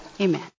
Amen